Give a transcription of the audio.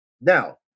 now